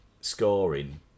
scoring